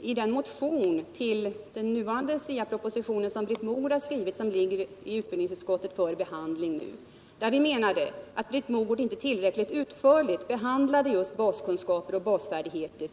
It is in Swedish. i den motion som vi väckte i anslutning till den SIA proposition som Britt Mogård har skrivit och som ligger i utbildningsutskottet för behandling. Vi menar att Britt Mogård i den nuvarande propositionen inte tillräckligt utförligt har behandlat just frågan om baskunskaper och basfärdigheter.